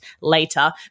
later